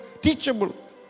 teachable